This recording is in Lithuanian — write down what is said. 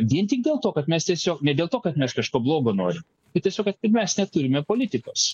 vien tik dėl to kad mes tiesiog ne dėl to kad mes kažko blogo norim bet tiesiog mes neturime politikos